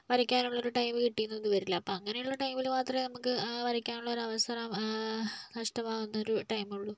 വരയ്ക്കാനുള്ളൊരു time കിട്ടിയെന്നൊന്നും വരില്ല അപ്പം അങ്ങനെയുള്ള ടൈമിൽ മാത്രമേ നമുക്ക് വരക്കാനുള്ളൊരവസരം നഷ്ട്മാകുന്നൊരു ടൈമുള്ളു